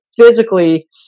physically